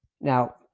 now